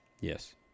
Yes